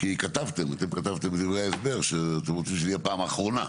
כתבתם בדברי ההסבר שאתם רוצים שזאת תהיה פעם אחרונה.